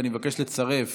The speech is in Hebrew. ואני מבקש לצרף